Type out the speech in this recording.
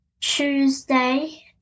Tuesday